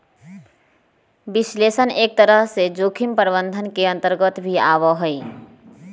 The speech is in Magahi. विश्लेषण एक तरह से जोखिम प्रबंधन के अन्तर्गत भी आवा हई